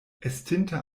estinta